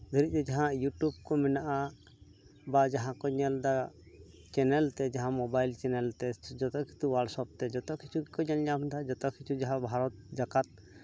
ᱫᱷᱟᱹᱨᱤᱡᱛᱮ ᱡᱟᱦᱟᱸ ᱤᱭᱩᱴᱩᱵᱽ ᱠᱚ ᱢᱮᱱᱟᱜᱼᱟ ᱵᱟ ᱡᱟᱦᱟᱸ ᱠᱚ ᱧᱮᱞᱫᱟ ᱪᱮᱱᱮᱞᱛᱮ ᱡᱟᱦᱟᱸ ᱢᱳᱵᱟᱭᱤᱞ ᱪᱮᱱᱮᱞᱛᱮ ᱡᱚᱛᱚ ᱠᱤᱪᱷᱩ ᱦᱳᱴᱟᱥᱚᱯ ᱛᱮ ᱡᱚᱛᱚ ᱠᱤᱪᱷᱩ ᱜᱮᱠᱚ ᱧᱮᱞ ᱧᱟᱢᱫᱟ ᱡᱚᱛᱚ ᱠᱤᱪᱷᱩ ᱡᱟᱦᱟᱸ ᱵᱷᱟᱨᱚᱛ ᱡᱟᱠᱟᱛ